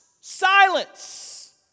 Silence